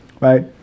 Right